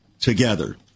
together